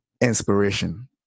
Inspiration